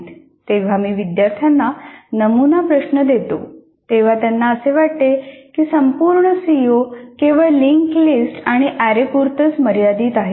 जेव्हा मी विद्यार्थ्यांना नमुना प्रश्न देतो तेव्हा त्यांना वाटते की संपूर्ण सीओ केवळ लिंक लिस्ट आणि अॅरेपुरतीच मर्यादित आहे